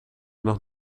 nog